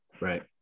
Right